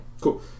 Cool